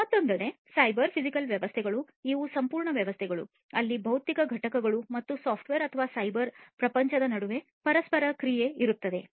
ಮತ್ತೊಂದೆಡೆ cyber physical ವ್ಯವಸ್ಥೆಗಳು ಇವು ಸಂಪೂರ್ಣ ವ್ಯವಸ್ಥೆಗಳು ಅಲ್ಲಿ ಭೌತಿಕ ಘಟಕಗಳು ಮತ್ತು ಸಾಫ್ಟ್ವೇರ್ ಅಥವಾ ಸೈಬರ್ ಪ್ರಪಂಚದ ನಡುವೆ ಪರಸ್ಪರ ಕ್ರಿಯೆ ಇರುತ್ತದೆ